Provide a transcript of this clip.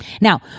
Now